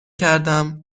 کردم